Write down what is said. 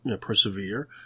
persevere